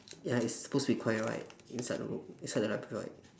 ya it's supposed to be quiet right inside the room inside the library right